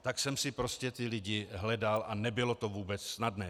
Tak jsem si prostě ty lidi hledal a nebylo to vůbec snadné.